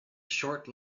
short